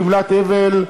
גמלת אבל)?